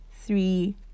three